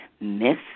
myth